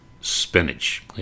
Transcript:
spinach